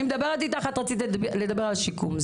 אני מדברת איתך, את רצית לדבר על השיקום.